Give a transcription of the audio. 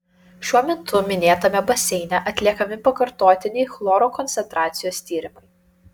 šiuo metu minėtame baseine atliekami pakartotiniai chloro koncentracijos tyrimai